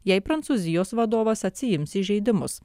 jei prancūzijos vadovas atsiims įžeidimus